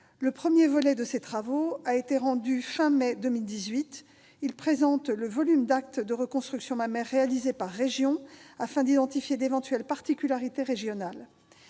Le premier volet de ces travaux a été rendu à la fin du mois de mai 2018 ; il présente le volume d'actes de reconstruction mammaire réalisé par région, afin d'identifier d'éventuelles particularités régionales.